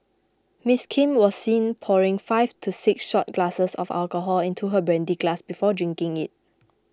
Ms Kim was seen pouring five to six shot glasses of alcohol into her brandy glass before drinking it